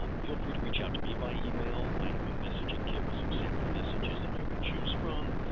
um feel free to reach out to me by email, i have a messaging kit with some sample messages that you could choose from.